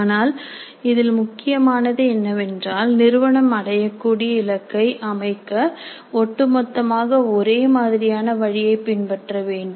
ஆனால் இதில் முக்கியமானது என்னவென்றால் நிறுவனம் அடையக்கூடிய இலக்கை அமைக்க ஒட்டுமொத்தமாக ஒரே மாதிரியான வழியை பின்பற்ற வேண்டும்